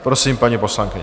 Prosím, paní poslankyně.